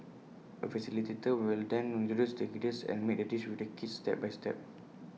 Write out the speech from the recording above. A facilitator will then introduce the ingredients and make the dish with the kids step by step